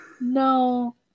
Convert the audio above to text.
No